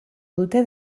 dute